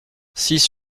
six